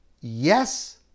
yes